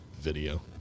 video